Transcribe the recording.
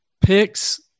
picks